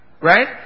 Right